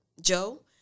Joe